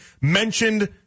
mentioned